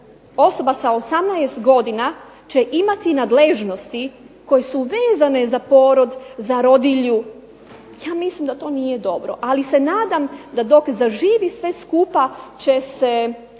osoba sa 18 godina će imati nadležnosti koje su vezane za porod, za rodilju. Ja mislim da to nije dobro, ali se nadam da dok zaživi sve skupa će se